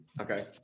Okay